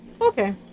Okay